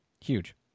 Huge